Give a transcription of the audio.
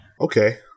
Okay